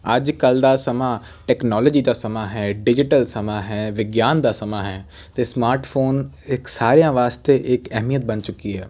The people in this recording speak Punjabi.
ਅੱਜ ਕੱਲ੍ਹ ਦਾ ਸਮਾਂ ਟੈਕਨੋਲੋਜੀ ਦਾ ਸਮਾਂ ਹੈ ਡਿਜੀਟਲ ਸਮਾਂ ਹੈ ਵਿਗਿਆਨ ਦਾ ਸਮਾਂ ਹੈ ਅਤੇ ਸਮਾਰਟਫੋਨ ਇੱਕ ਸਾਰਿਆਂ ਵਾਸਤੇ ਇੱਕ ਅਹਿਮੀਅਤ ਬਣ ਚੁੱਕਾ ਹੈ